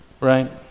right